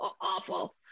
Awful